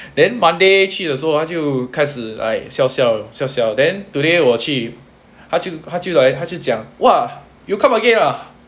then monday 去的时候 oh 他就开始 like 笑笑笑笑 then today 我去他就他就来他就讲 !wah! you come again ah